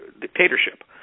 dictatorship